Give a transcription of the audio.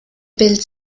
bild